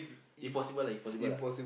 if possible lah if possible lah